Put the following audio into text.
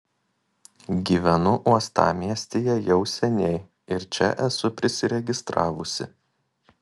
gyvenu uostamiestyje jau seniai ir čia esu prisiregistravusi